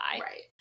Right